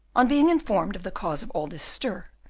on being informed of the cause of all this stir,